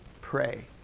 pray